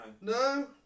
No